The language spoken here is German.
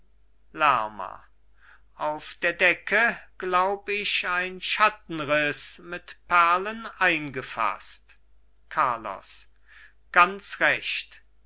lerma auf der decke glaub ich ein schattenriß mit perlen eingefaßt carlos ganz recht